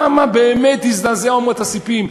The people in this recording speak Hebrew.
כמה באמת הזדעזעו אמות הספים?